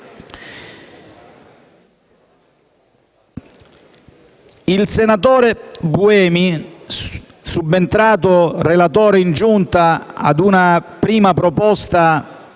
Il senatore Buemi, subentrato relatore in Giunta ad una prima proposta